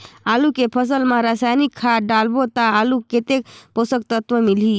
आलू के फसल मा रसायनिक खाद डालबो ता आलू कतेक पोषक तत्व मिलही?